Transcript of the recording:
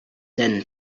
than